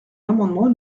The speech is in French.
l’amendement